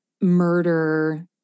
murder